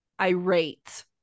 irate